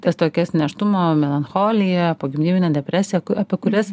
tas tokias nėštumo melancholiją pogimdyvinę depresiją apie kurias